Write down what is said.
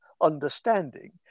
understanding